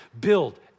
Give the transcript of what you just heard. Build